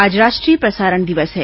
आज राष्ट्रीय प्रसारण दिवस है